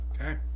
okay